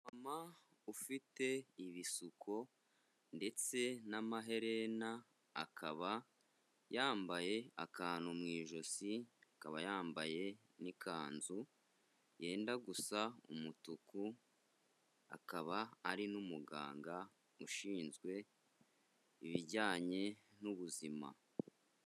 Umumama ufite ibisuko ndetse n'amaherena, akaba yambaye akantu mu ijosi, akaba yambaye n'ikanzu yenda gusa umutuku, akaba ari n'umuganga ushinzwe ibijyanye n'ubuzima.